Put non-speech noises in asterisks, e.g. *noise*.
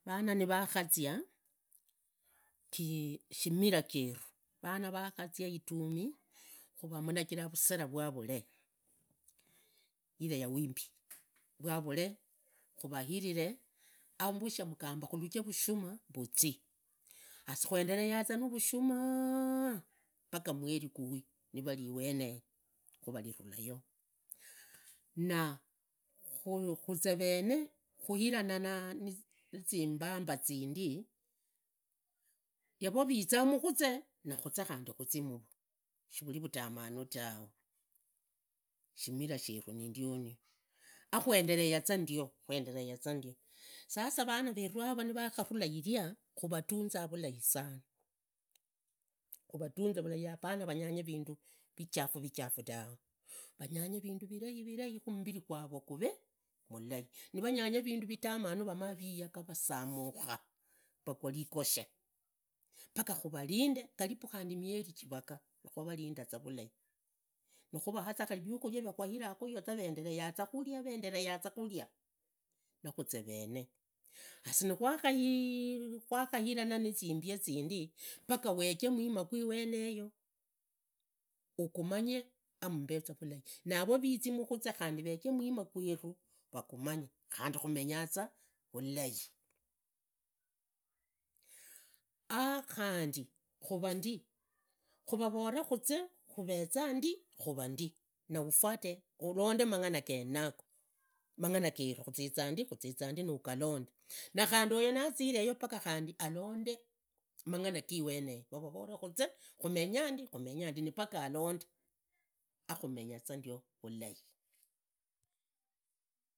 Vana nivakhazia, shimira kheru, vana vakhazia itumi khuvamunejera vusera vwavule (ile ya wimbi) vwavule, khuvahiriree, avushee mugamba khuvuhiriree, avushee mugamba khuvulujire vushuma vuzii, has kwendeazaa na vushunaa paka mweri guwii nivari iweneyo khurarirulayo na khuze vene khuhirana na zimbamba zindii, yaro viza mukhuze na khuze khandi khuza muvo shivuri vutamanu tawe, shimira sheru ni ndiono akhuendendereaza ndio khuenderea za ndio. Sasa vana veru yara nivakharura iria khuvutunza vulai sana, khuvatunze vulai apana vanyange vindu vichafu vichafu tawe, vanyanye vindu virai virai khu mbiri gwavo kuvee vulai. Nivanyanya vindu vitamanu vamaa viyaga vasamukha vagwa vigoshe, paka khuvavinde karibu mievi jivaga nikhuvalinda za vulai, nikhuvahaa vikhulia khari vikhalia kwahira khuyo vaendereaza khuria vaendereaza khuria nakhuze vene has nikwakhai nikwakhahirirana nizimbia zindii paka wege mima giweneyo ugumanye ambeza vulai, naavo vizi mukhunye veege mima gweru vugumanye khandi khumenyaza vulai. *hesitation* khandi khura ndi khura ndi, khuvavora khuze khuveza ndi, khuva ndi namfate khulonde mangana geneyo mang'ana geru khuziza ndi na ugalonde, na khandi uyo naziveyo paka khandi alonde mangana alweneyo, khuvole khuze khumenya ndi paka alonde akhumenyaza ndio vulai.